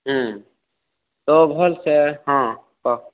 ହୁଁ ତ ଭଲ୍ସେ ହୁଁ କହ